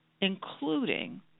including